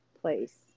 place